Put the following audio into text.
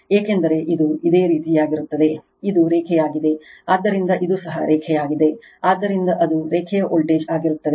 ಏಕೆಂದರೆ ಇದು ಇದೇ ರೀತಿಯಾಗಿರುತ್ತದೆ ಇದು ರೇಖೆಯಾಗಿದೆ ಆದ್ದರಿಂದ ಇದು ಸಹ ರೇಖೆಯಾಗಿದೆ ಆದ್ದರಿಂದ ಅದು ರೇಖೆಯ ವೋಲ್ಟೇಜ್ ಆಗಿರುತ್ತದೆ